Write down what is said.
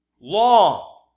Long